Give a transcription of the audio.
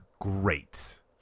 great